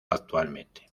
actualmente